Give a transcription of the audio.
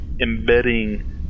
embedding